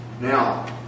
Now